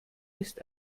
ist